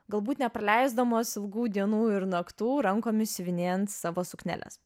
galbūt nepraleisdamos ilgų dienų ir naktų rankomis siuvinėjant savo sukneles